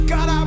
God